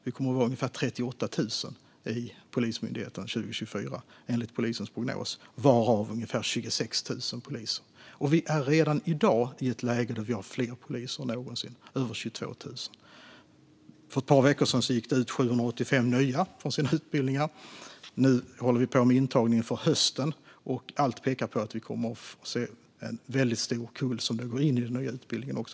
Det kommer att vara ungefär 38 000 i Polismyndigheten 2024, enligt polisens prognos, varav ungefär 26 000 poliser. Och vi är redan i dag i ett läge där vi har fler poliser än någonsin, över 22 000. För ett par veckor sedan gick det ut 785 nya från sina utbildningar. Nu håller vi på med intagningen för hösten, och allt pekar på att vi kommer att se en väldigt stor kull som går in i den nya utbildningen.